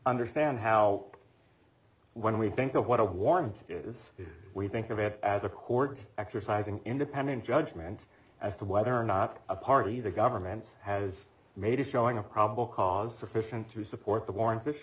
understand how when we think of what a warrant is we think of it as accords exercising independent judgment as to whether or not a party the government has made a showing of probable cause sufficient to support the war